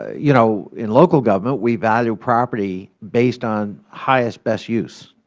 you know in local government we value property based on highest best use.